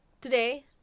today